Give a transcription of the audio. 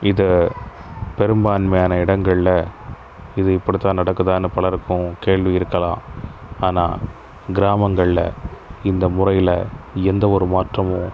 இது பெரும்பான்மையான இடங்களில் இது இப்படித்தான் நடக்குதான்னு பலருக்கும் கேள்வி இருக்கலாம் ஆனால் கிராமங்களில் இந்த முறையில் எந்த ஒரு மாற்றமும்